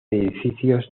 edificios